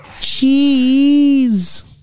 Cheese